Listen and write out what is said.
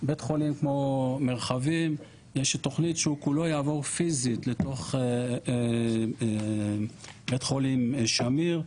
בית חולים כמו מרחבים יש תוכנית שכולו יעבור פיזית לתוך בית חולים שמיר.